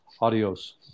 Adios